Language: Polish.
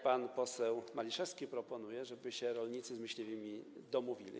Pan poseł Maliszewski proponuje, żeby rolnicy z myśliwymi się domówili.